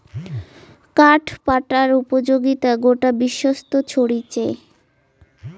কাঠ পাটার উপযোগিতা গোটা বিশ্বত ছরিচে